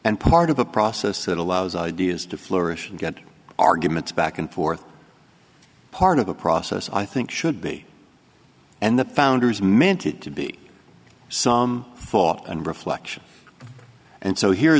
and part of the process that allows ideas to flourish and get arguments back and forth part of the process i think should be and the founders meant it to be some thought and reflection and so here